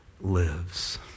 lives